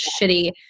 shitty